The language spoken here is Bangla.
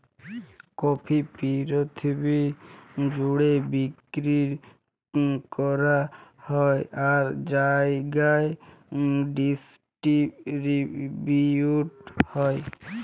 কফি পিরথিবি জ্যুড়ে বিক্কিরি ক্যরা হ্যয় আর জায়গায় ডিসটিরিবিউট হ্যয়